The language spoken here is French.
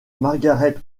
margaret